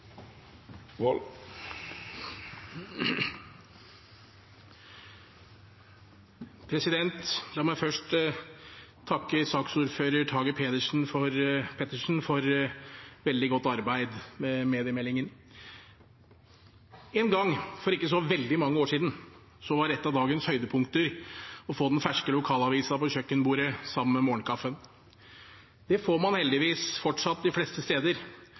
La meg først takke saksordføreren, Tage Pettersen, for veldig godt arbeid med mediemeldingen. En gang for ikke så veldig mange år siden var et av dagens høydepunkter å få den ferske lokalavisen på kjøkkenbordet sammen med morgenkaffen. Det får man heldigvis fortsatt de fleste steder,